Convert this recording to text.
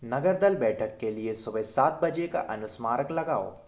नगर दल बैठक के लिए सुबह सात बजे का अनुस्मारक लगाओ